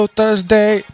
Thursday